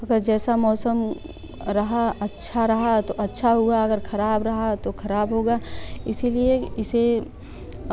अगर जैसा मौसम रहा अच्छा रहा तो अच्छा हुआ अगर खराब रहा तो खराब होगा इसलिए इसे